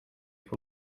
fue